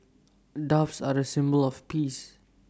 doves are A symbol of peace